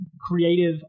creative